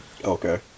Okay